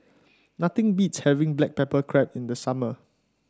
nothing beats having Black Pepper Crab in the summer